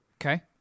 Okay